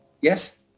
Yes